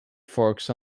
forks